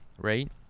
right